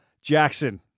Jackson